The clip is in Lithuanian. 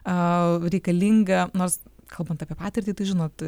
reikalinga nors kalbant apie patirtį tai žinot